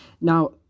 Now